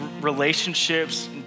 relationships